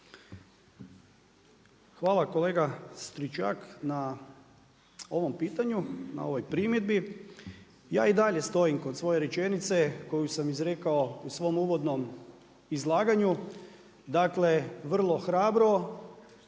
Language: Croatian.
Hvala kolega Stričak na ovom pitanju. Na ovoj primjedbi. Ja i dalje stojim kod svoje rečenice koju sam izrekao u svom uvodnom izlaganju, dakle, vrlo hrabro,